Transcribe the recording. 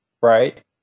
right